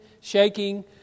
shaking